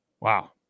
Wow